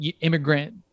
Immigrant